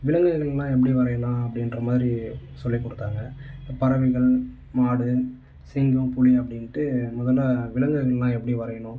விலங்குகளெலாம் எப்படி வரையலாம் அப்படின்ற மாதிரி சொல்லிக் கொடுத்தாங்க பறவைகள் மாடு சிங்கம் புலி அப்படின்ட்டு முதலில் விலங்குகளெலாம் எப்படி வரையணும்